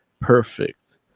perfect